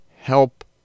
help